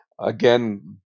again